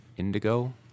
Indigo